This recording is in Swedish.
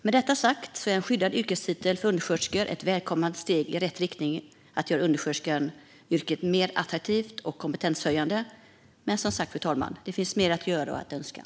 Med detta sagt är en skyddad yrkestitel för undersköterskor ett välkommet steg i rätt riktning att göra undersköterskeyrket mer attraktivt och kompetenshöjande. Det finns dock både mer att göra och mer att önska, fru talman.